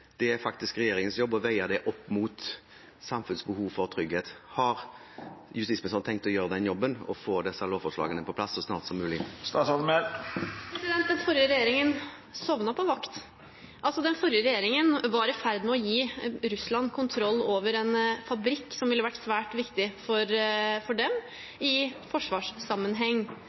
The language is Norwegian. det er faktisk regjeringens jobb å veie det opp mot samfunnets behov for trygghet. Har justisministeren tenkt å gjøre den jobben og få disse lovforslagene på plass så snart som mulig? Den forrige regjeringen sovnet på vakt. Den forrige regjeringen var i ferd med å gi Russland kontroll over en fabrikk som ville vært svært viktig for dem i forsvarssammenheng.